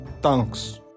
thanks